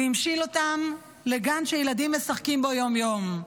הוא המשיל אותם לגן שילדים משחקים בו יום-יום,